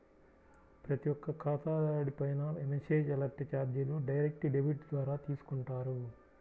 ప్రతి ఒక్క ఖాతాదారుడిపైనా మెసేజ్ అలర్ట్ చార్జీలు డైరెక్ట్ డెబిట్ ద్వారా తీసుకుంటారు